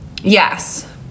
Yes